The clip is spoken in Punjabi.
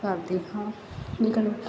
ਕਰਦੀ ਹਾਂ ਲਿੱਖਣ